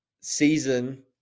season